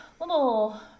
Little